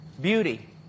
beauty